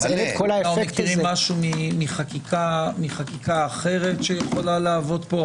האם יש משהו מחקיקה אחרת שיכול לעבוד פה?